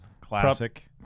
Classic